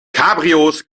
cabrios